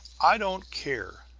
i don't care,